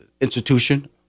institution